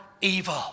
evil